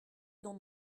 dans